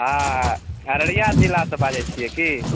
हँ अररिया जिलासँ बाजै छियै की